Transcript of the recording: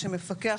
שמפקח